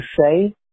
say